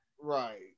Right